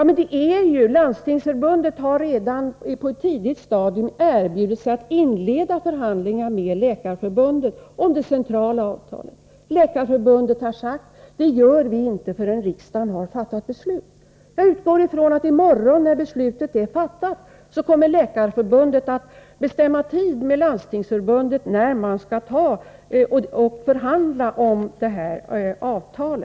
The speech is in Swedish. Men Landstingsförbundet har ju på ett tidigt stadium erbjudit sig att inleda förhandlingar med Läkarförbundet om det centrala avtalet. Läkarförbundet har sagt att man inte gör det förrän riksdagen har fattat beslut. Jag utgår från att Läkarförbundet i morgon, när beslutet är fattat, kommer att bestämma tid med Landstingsförbundet när man skall förhandla om detta avtal.